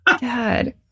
God